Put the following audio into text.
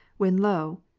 when, lo!